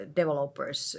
developers